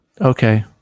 Okay